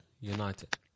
United